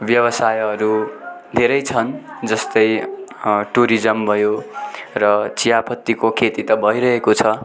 व्यासायहरू धेरै छन् जस्तै टुरिज्म भयो र चियापत्तीको खेती त भइरहेको छ